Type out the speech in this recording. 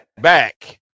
back